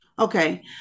Okay